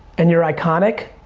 and you're iconic,